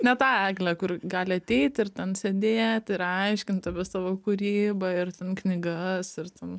ne tą eglę kur gali ateit ir ten sėdėti ir aiškintų apie savo kūrybą ir ten knygas ir ten